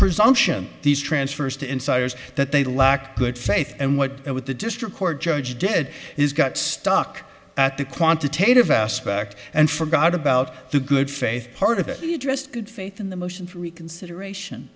presumption these transfers to insiders that they lack good faith and what with the district court judge dead he's got stuck at the quantitative aspect and forgot about the good faith part of it he addressed good faith in the motion for reconsideration